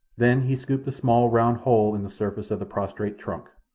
then he scooped a small, round hole in the surface of the prostrate trunk.